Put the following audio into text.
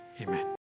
Amen